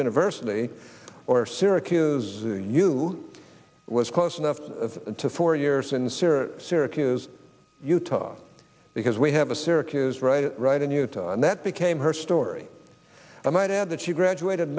university or syracuse you was close enough to four years in syria syracuse utah because we have a syracuse right right in utah and that became her story i might add that she graduated